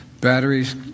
batteries